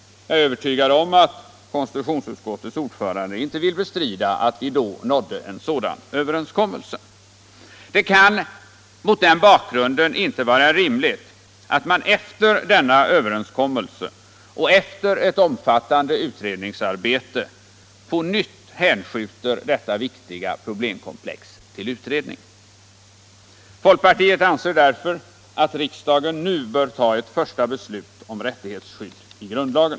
Jag är övertygad om att konstitutionsutskottets ordförande inte vill bestrida att vi då nådde en sådan överenskommelse. Det kan mot den bakgrunden inte vara rimligt att man efter denna överenskommelse och efter ett omfattande utredningsarbete på nytt hänskjuter detta viktiga problemkomplex till utredning. Folkpartiet anser därför att riksdagen nu bör ta ett första beslut om rättighetsskydd i grundlagen.